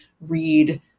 read